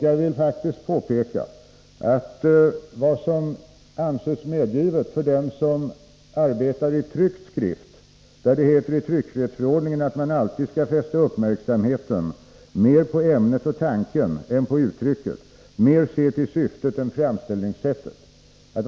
Jag vill påpeka att det i tryckfrihetsförordningen heter att man skall fästa uppmärksamheten mera på ämnet och tanken än på uttrycket, se till syftet mer än framställningssättet.